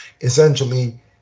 essentially